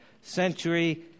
century